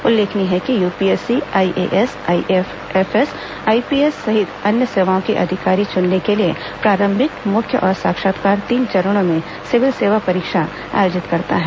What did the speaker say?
उल्लेखनीय है कि यूपीएससी आईएएस आईएफएस और आईपीएस सहित अन्य सेवाओं के अधिकारी चुनने के लिए प्रारंभिक मुख्य और साक्षात्कार तीन चरणों में सिविल सेवा परीक्षा आयोजित करता है